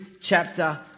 chapter